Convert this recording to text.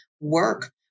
work